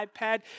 iPad